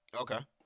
Okay